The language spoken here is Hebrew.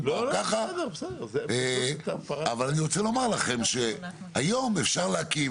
אבל אני רוצה לומר לכם שהיום אפשר להקים